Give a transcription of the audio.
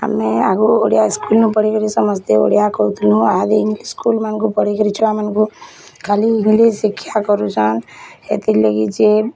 ଆମେ ଆଗୁରୁ ଓଡ଼ିଆ ସ୍କୁଲ୍ ପଢ଼ିକରି ସମସ୍ତେ ଓଡ଼ିଆ କହୁଥିଁନୁ ଇହାଦେ ଇଂଲିସ୍ ସ୍କୁଲ୍ ମାନକୁ ପଢ଼ିକରି ଛୁଆ ମାନକୁଁ ଖାଲି ଇଂଲିସ୍ ଶିକ୍ଷା କରୁଛନ୍ ହେତିର୍ ଲାଗି ଯେ